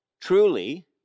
truly